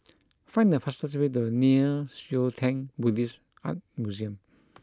find the fastest way to Nei Xue Tang Buddhist Art Museum